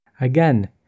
Again